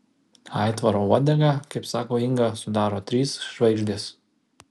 aitvaro uodegą kaip sako inga sudaro trys žvaigždės